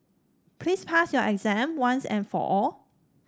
please pass your exam once and for all